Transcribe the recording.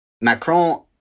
Macron